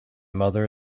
mother